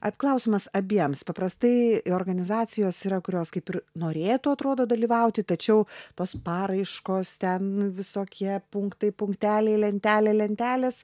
ap klausimas abiems paprastai organizacijos yra kurios kaip ir norėtų atrodo dalyvauti tačiau tos paraiškos ten visokie punktai punkteliai lentelė lentelės